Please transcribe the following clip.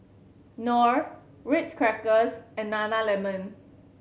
Knorr Ritz Crackers and Nana Lemon